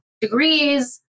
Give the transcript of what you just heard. degrees